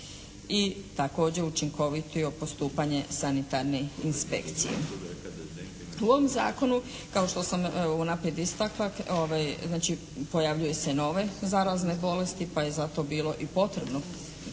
i također učinkovitije postupanje sanitarne inspekcije. U ovom Zakonu kao što sam unaprijed istakla, znači pojavljuju se nove zarazne bolesti pa je zato bilo i potrebno